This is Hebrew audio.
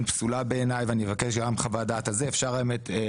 פסולה ואני במקש גם חוות דעת על זה ואם אפשר היום,